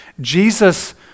Jesus